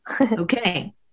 Okay